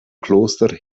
kloster